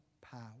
power